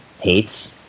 hates